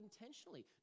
intentionally